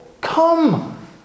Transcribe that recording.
Come